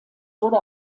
wurde